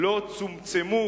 לא צומצמו,